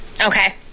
Okay